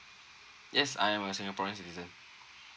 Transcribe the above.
yes I'm a singaporean citizen